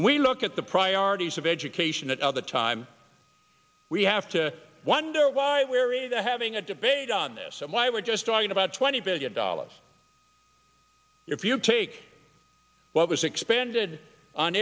we look at the priorities of education that all the time we have to wonder why we're even having a debate on this and why we're just talking about twenty billion dollars if you take what was expended on